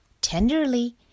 Tenderly